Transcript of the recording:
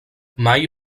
mai